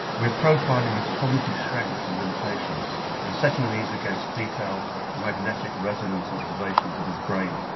we are profiling his cognitive strengths and limitations and setting these against detailed magnetic resonance observations of his brain.